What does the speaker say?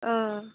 अ